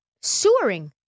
sewering